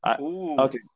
Okay